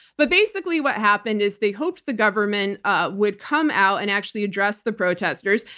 but basically, what happened is they hoped the government ah would come out and actually address the protesters.